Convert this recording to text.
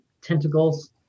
tentacles